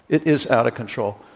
it is out of control.